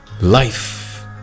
Life